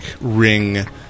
ring